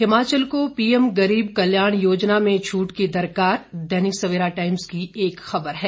हिमाचल को पीएम गरीब कल्याण योजना में छूट की दरकार दैनिक सवेरा टाइम्स की एक खबर है